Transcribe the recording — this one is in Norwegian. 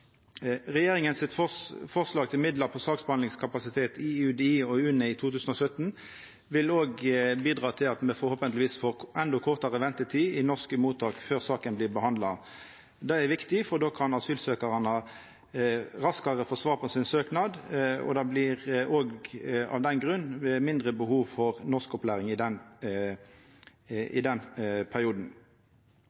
forslag til midlar for saksbehandlingskapasitet i UDI og UNE i 2017 vil òg bidra til at me får, forhåpentlegvis, endå kortare ventetid i norske mottak før saka blir behandla. Det er viktig, for då kan asylsøkjarane få raskare svar på søknaden sin, og det blir òg av den grunn mindre behov for norskopplæring i den